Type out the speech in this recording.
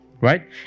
Right